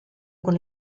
con